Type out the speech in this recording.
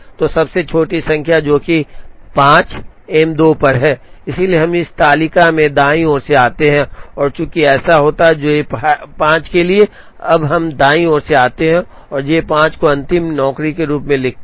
तो सबसे छोटी संख्या जो कि 5 एम 2 पर है इसलिए हम इस तालिका में दाईं ओर से आते हैं और चूंकि ऐसा होता है जे 5 के लिए अब हम दाईं ओर से आते हैं और जे 5 को अंतिम नौकरी के रूप में लिखते हैं